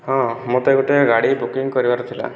ହଁ ମୋତେ ଗୋଟେ ଗାଡ଼ି ବୁକିଙ୍ଗ୍ କରିବାର ଥିଲା